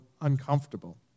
uncomfortable